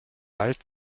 bald